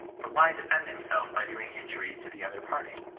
but why defend himself by doing injury to the other party?